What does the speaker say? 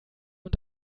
und